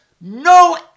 no